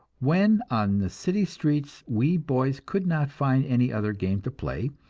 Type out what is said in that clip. when on the city streets we boys could not find any other game to play,